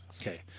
Okay